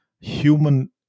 human